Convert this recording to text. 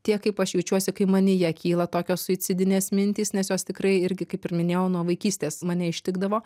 tiek kaip aš jaučiuosi kai manyje kyla tokios suicidinės mintys nes jos tikrai irgi kaip ir minėjau nuo vaikystės mane ištikdavo